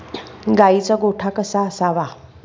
गाईचा गोठा कसा असावा?